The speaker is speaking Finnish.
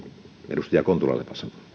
edustaja kontulalle